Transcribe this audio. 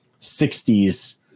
60s